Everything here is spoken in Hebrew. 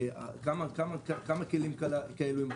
כמה כלים כאלה.